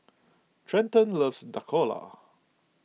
Treyton loves Dhokla